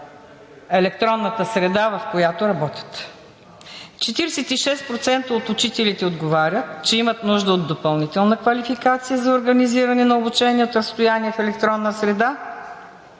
електронната среда, в която работят. 46% от учителите отговарят, че имат нужда от допълнителна квалификация за организиране на обучение от разстояние в електронна среда;